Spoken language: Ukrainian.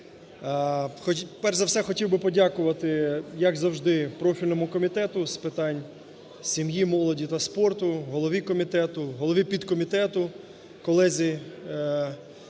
Перш за все хотів би подякувати, як завжди, профільному Комітету з питань сім'ї, молоді та спорту, голові комітету, голові підкомітету, колезі